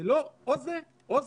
זה לא או זה או זה,